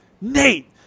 Nate